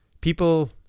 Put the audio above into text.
People